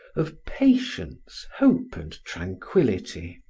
of patience, hope, and tranquillity.